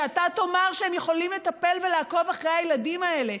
שאתה תאמר שהם יכולים לטפל ולעקוב אחר הילדים האלה,